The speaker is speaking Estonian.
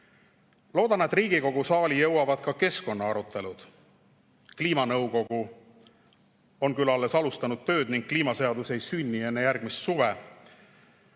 Loodan, et Riigikogu saali jõuavad ka keskkonnaarutelud. Kliimanõukogu on küll alles alustanud tööd ning kliimaseadus ei sünni enne järgmist suve,